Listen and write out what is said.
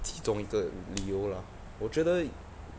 其中一个理由啦我觉得